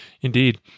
Indeed